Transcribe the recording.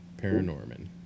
Paranorman